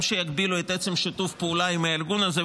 ושגם יגבילו את עצם שיתוף הפעולה עם הארגון הזה,